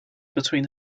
between